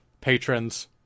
patrons